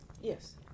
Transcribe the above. yes